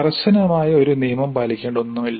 കർശനമായ ഒരു നിയമം പാലിക്കേണ്ട ഒന്നുമില്ല